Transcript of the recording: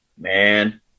Man